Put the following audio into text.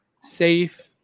safe